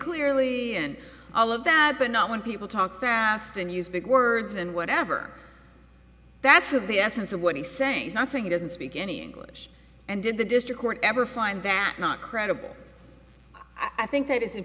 clearly and all of that but not when people talk fast and use big words and whatever that's of the essence of what he's saying he's not saying he doesn't speak any english and did the district court ever find that not credible i think that is